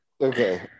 okay